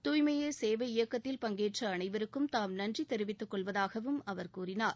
தூய்மையே சேவை இயக்கத்தில் பஙகேற்ற அனைவருக்கும் தாம் நன்றி தெரிவித்துக் கொள்வதாகவும் அவர் கூறினார்